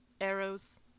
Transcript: arrows